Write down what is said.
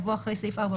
לא,